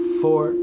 four